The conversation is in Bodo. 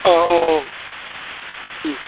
अ औ उम